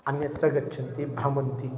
अन्यत्र गच्छन्ति भ्रमन्ति